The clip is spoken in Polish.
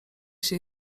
się